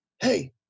hey